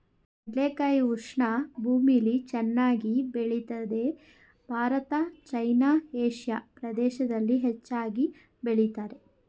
ಕಡಲೆಕಾಯಿ ಉಷ್ಣ ಭೂಮಿಲಿ ಚೆನ್ನಾಗ್ ಬೆಳಿತದೆ ಭಾರತ ಚೈನಾ ಏಷಿಯಾ ಪ್ರದೇಶ್ದಲ್ಲಿ ಹೆಚ್ಚಾಗ್ ಬೆಳಿತಾರೆ